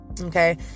Okay